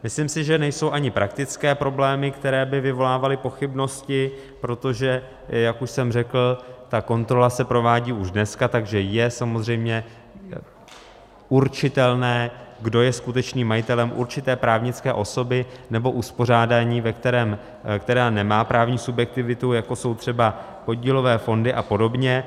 Myslím si, že nejsou ani praktické problémy, které by vyvolávaly pochybnosti, protože jak už jsem řekl, ta kontrola se provádí už dneska, takže je samozřejmě určitelné, kdo je skutečným majitelem určité právnické osoby nebo uspořádání, které nemá právní subjektivitu, jako jsou třeba podílové fondy apod.